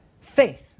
Faith